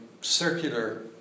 circular